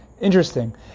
Interesting